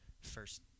first